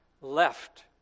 left